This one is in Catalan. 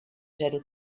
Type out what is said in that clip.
zero